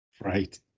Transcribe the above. right